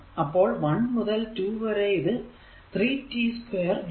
അപ്പോൾ 1 മുതൽ 2 വരെ ഇത് 3 t 2 dt